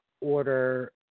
order